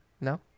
No